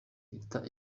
rita